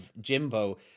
Jimbo